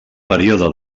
període